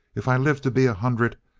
if i live to be a hundred,